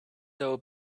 doe